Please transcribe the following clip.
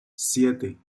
siete